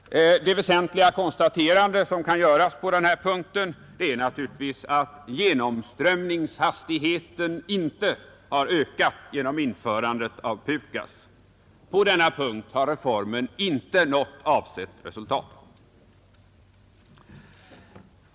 Det väsentliga konstaterande som kan göras på den här punkten är naturligtvis att genomströmningshastigheten inte har ökat genom införandet av PUKAS. På denna punkt har reformen inte givit avsett resultat.